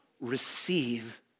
receive